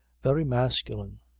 very masculine.